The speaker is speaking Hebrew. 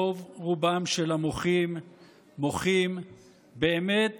רוב-רובם של המוחים מוחים באמת